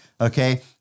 Okay